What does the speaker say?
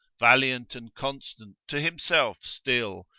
valiant and constant to himself still,